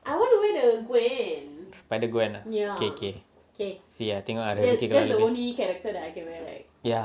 spider gwen ah okay okay ya tengok ah rezeki kalau ada lebih